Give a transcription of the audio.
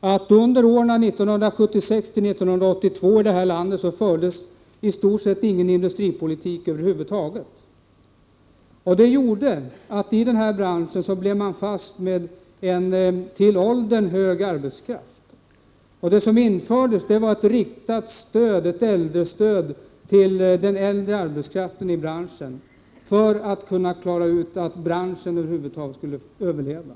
att under åren 1976-1982 så fördes i stort sett ingen industripolitik i det här landet. Det medförde att man i denna bransch blev fast med en arbetskraft med hög ålder. Man införde då ett riktat stöd, ett äldrestöd, till den äldre arbetskraften i branschen, för att branschen över huvud taget skulle kunna överleva.